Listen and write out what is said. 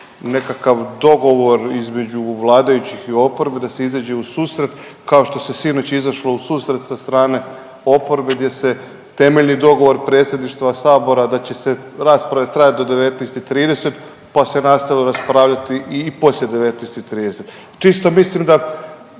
nekakav dogovor između vladajućih i oporbe da se izađe u susret kao što se sinoć izašlo u susret sa strane oporbe gdje se temeljni dogovor predsjedništva sabora da će se rasprave trajati do 19,30 pa se nastavilo raspravljati i poslije 19,30. Čisto mislim da